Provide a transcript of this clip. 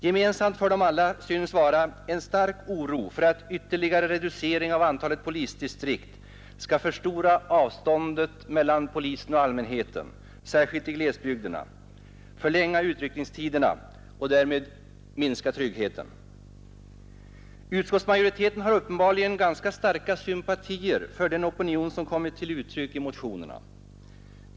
Gemensamt för dem alla synes vara en stark oro för att en ytterligare reducering av antalet polisdistrikt skall förstora avståndet mellan polisen och allmänheten — särskilt i glesbygderna — och förlänga utryckningstiderna och därmed minska tryggheten. Utskottsmajoriteten har uppenbarligen ganska starka sympatier för den opinion som kommit till uttryck i motionerna.